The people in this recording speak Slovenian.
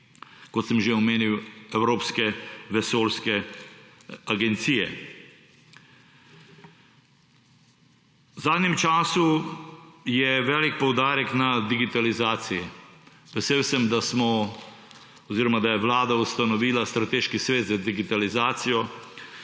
kot sem že omenil Evropske vesoljske agencije. V zadnjem času je velik poudarek na digitalizaciji. Vesel sem, da smo oziroma da je Vlada ustanovila Strateški svet za digitalizacijo,